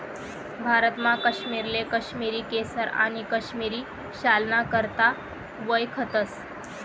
भारतमा काश्मीरले काश्मिरी केसर आणि काश्मिरी शालना करता वयखतस